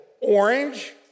orange